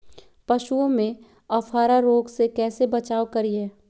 पशुओं में अफारा रोग से कैसे बचाव करिये?